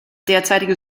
derzeitige